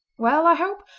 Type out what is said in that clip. well, i hope?